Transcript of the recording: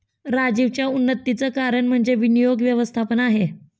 राजीवच्या उन्नतीचं कारण म्हणजे विनियोग व्यवस्थापन आहे